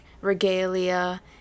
regalia